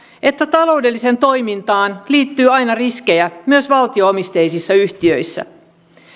että taloudelliseen toimintaan liittyy aina riskejä myös valtio omisteisissa yhtiöissä